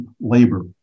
labor